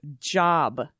job